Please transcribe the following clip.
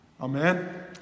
Amen